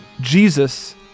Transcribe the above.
jesus